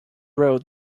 wrote